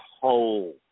whole